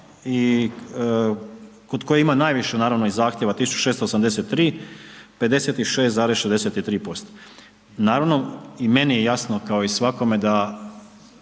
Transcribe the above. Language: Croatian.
i kod koje ima najviše naravno i zahtjeva 1.683, 56,63%. Naravno i meni je jasno kao i svakome da